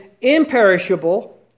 imperishable